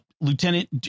lieutenant